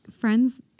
Friends